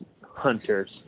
hunters